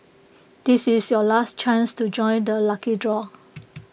this is your last chance to join the lucky draw